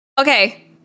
Okay